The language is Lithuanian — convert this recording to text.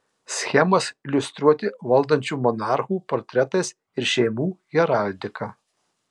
schemas iliustruoti valdančių monarchų portretais ir šeimų heraldika